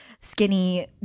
skinny